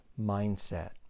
mindset